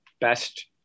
best